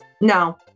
No